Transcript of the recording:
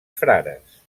frares